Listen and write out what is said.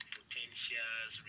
potentials